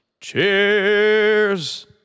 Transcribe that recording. Cheers